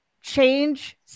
change